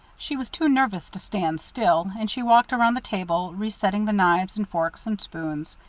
she was too nervous to stand still and she walked around the table, resetting the knives and forks and spoons.